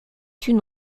une